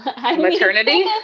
maternity